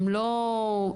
הם לא התפזרו.